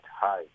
high